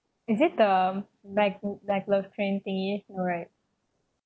is it the mac mac love train thingy no right